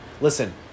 listen